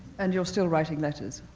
and you're still writing letters?